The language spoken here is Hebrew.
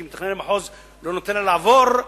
כי מתכנן המחוז לא נותן לה לעבור,